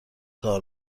کار